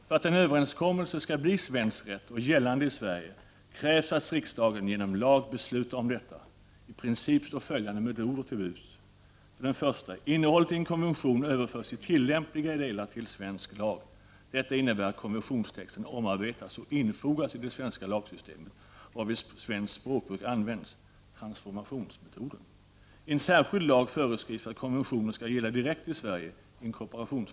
För att en överenskommelse skall bli svensk rätt, och gällande i Sverige, krävs att riksdagen genom lag beslutar om detta. I princip står följande metoder till buds: 1. Innehållet i en konvention överförs i tillämpliga delar till svensk lag. Detta innebär att konventionstexten omarbetas och infogas i det svenska lagsystemet, varvid svenskt språkbruk används . 2. I en särskild lag föreskrivs att konventionen skall gälla direkt i Sverige .